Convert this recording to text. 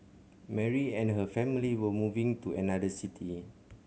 Mary and her family were moving to another city